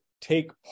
take